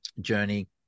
journey